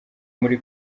muri